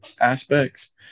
aspects